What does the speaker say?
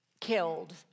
killed